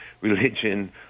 religion